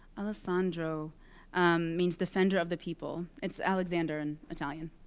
alessandro means defender of the people. it's alexander in italian.